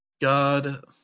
god